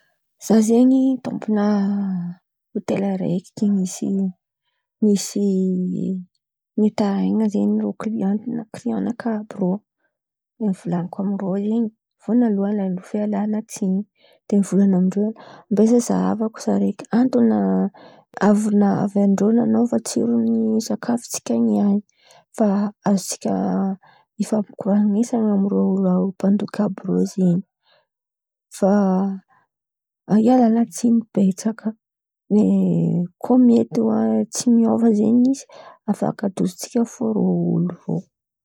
Zah zen̈y tompona hôtely araiky, misy misy mitaraina zen̈y rô klian klian nakà àby rô. Raha volan̈iko amindrô zen̈y voalalohan̈y fialan̈a tsin̈y, de mivolan̈a amindrô hoe: ambesa zahàko saraiky antony nahavy andrô nan̈ôva tsirony sakafo tsika niany fa azotsika ifampikoran̈esana amirô olo mpandoky àby rô zen̈y. Fa ialàn̈a tsin̈y betsaka oe koa mety tsy miôva izen̈y afaka adosontsika fo rô olo io.